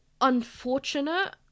unfortunate